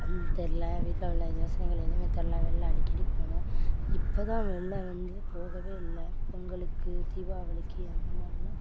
தெரில வீட்டில் உள்ள யோசனைகள் எதுவுமே தெரில வெளில அடிக்கடி போனோம் இப்போ தான் வெளில வந்து போகவே இல்லை பொங்கலுக்கு தீபாவளிக்கு அதுமாதிரிலாம்